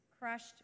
crushed